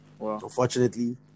unfortunately